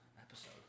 episode